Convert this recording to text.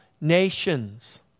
nations